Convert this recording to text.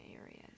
areas